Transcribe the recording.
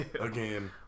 again